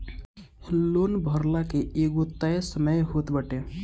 loan भरला के एगो तय समय होत बाटे